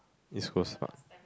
East-Coast-Park